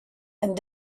and